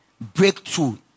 breakthrough